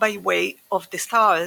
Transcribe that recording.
"By Way of the Stars"